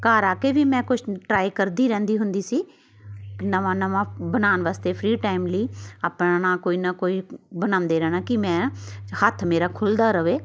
ਘਰ ਆ ਕੇ ਵੀ ਮੈਂ ਕੁਛ ਟਰਾਈ ਕਰਦੀ ਰਹਿੰਦੀ ਹੁੰਦੀ ਸੀ ਨਵਾਂ ਨਵਾਂ ਬਣਾਉਣ ਵਾਸਤੇ ਫਰੀ ਟਾਈਮ ਲਈ ਆਪਣਾ ਕੋਈ ਨਾ ਕੋਈ ਬਣਾਉਂਦੇ ਰਹਿਣਾ ਕਿ ਮੈਂ ਹੱਥ ਮੇਰਾ ਖੁੱਲ੍ਹਦਾ ਰਹੇ